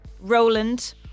Roland